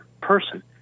person